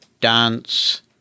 dance